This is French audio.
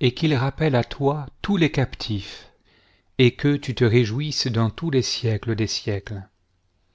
et qu'il rappelle à toi tous les captifs et que tu te réjouisses dans tous les siècles des siècles